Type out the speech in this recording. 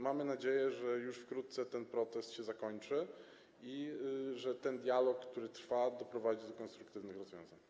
Mamy nadzieję, że już wkrótce ten protest się zakończy i że ten dialog, który trwa, doprowadzi do konstruktywnych rozwiązań.